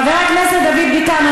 חבר הכנסת דוד ביטן,